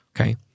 okay